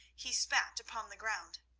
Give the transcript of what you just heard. he spat upon the ground.